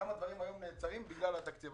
כמה דברים היום נעצרים בגלל שאין תקציב.